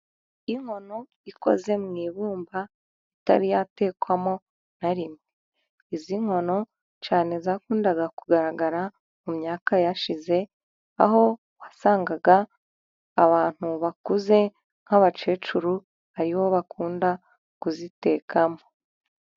Inkono ikoze mu ibumba itari yatekwamo na rimwe, izi nkono kera zakundaga kugaragara mu myaka yashize, aho wasangaga abantu bakuze nk'abakecuru aribo bakunda kuzitekamo.